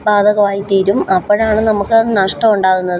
ബാധകമായിത്തീരും അപ്പോഴാണ് നമ്മള്ക്ക് നഷ്ടമുണ്ടാകുന്നത്